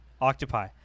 Octopi